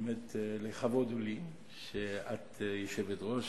באמת, לכבוד הוא לי שאת יושבת-ראש,